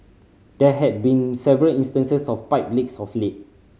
there have been several instances of pipe leaks of late